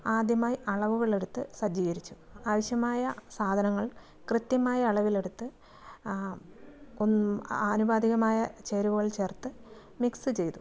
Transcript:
ആദ്യമായി അളവുകളെടുത്ത് സജ്ജീകരിച്ചു ആവശ്യമായ സാധനങ്ങൾ കൃത്യമായ അളവിലെടുത്ത് ആ ആനുപാതികമായ ചേരുവകൾ ചേർത്ത് മിക്സ് ചെയ്തു